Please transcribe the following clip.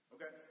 Okay